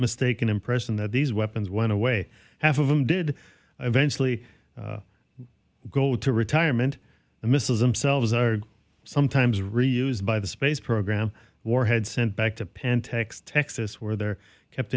mistaken impression that these weapons went away half of them did eventually go to retirement the missiles themselves are sometimes re used by the space program warheads sent back to pentax texas where they're kept